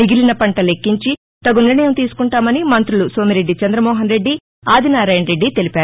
మిగిలిన పంట లెక్కించి తగు నిర్ణయం తీసుకుంటామని మంతులు సోమిరెడ్డి చందమోహన్రెడ్డి ఆదినారాయణరెడ్డి తెలిపారు